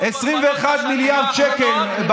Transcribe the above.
21 מיליארד שקל,